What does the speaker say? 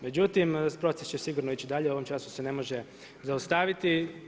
Međutim, proces će sigurno ići dalje, u ovom času se ne može zaustaviti.